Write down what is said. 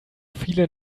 viele